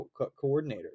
coordinators